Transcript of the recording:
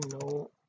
no